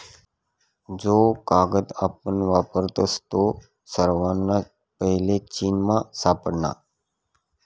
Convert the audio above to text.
जो कागद आपण वापरतस तो सर्वासना पैले चीनमा सापडना